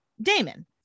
Damon